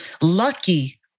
lucky